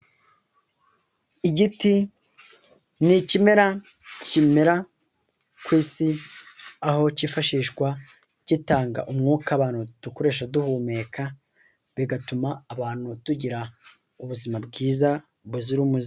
Igiti ni ikimera kimera ku isi, aho cyifashishwa gitanga umwuka abantu dukoresha duhumeka, bigatuma abantu tugira ubuzima bwiza buzira umuze.